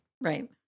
Right